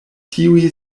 tiuj